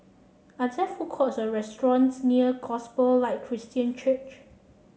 are there food courts or restaurants near Gospel Light Christian Church